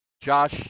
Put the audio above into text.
Josh